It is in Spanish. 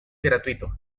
gratuito